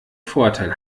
vorteil